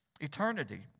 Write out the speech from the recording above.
Eternity